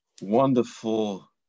wonderful